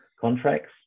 contracts